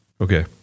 Okay